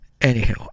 Anyhow